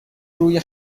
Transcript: روی